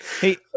Hey